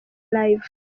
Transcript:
live